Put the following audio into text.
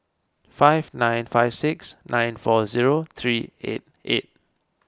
five nine five six nine four zero three eight eight